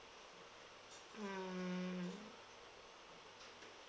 mm